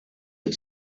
had